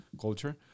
culture